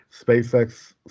SpaceX